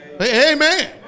Amen